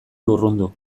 lurrundu